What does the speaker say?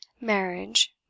marriage